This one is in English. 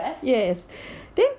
yes then